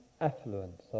affluence